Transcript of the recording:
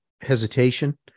hesitation